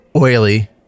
Oily